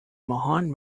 mahon